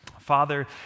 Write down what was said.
Father